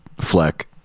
Fleck